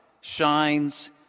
shines